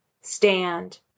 Stand